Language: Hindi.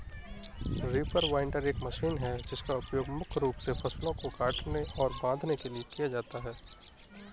रीपर बाइंडर एक मशीन है जिसका उपयोग मुख्य रूप से फसलों को काटने और बांधने के लिए किया जाता है